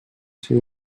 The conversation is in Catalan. ser